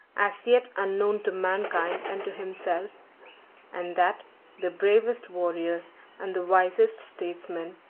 as yet unknown to mankind and to himself and that the bravest warriors and the wisest statesmen,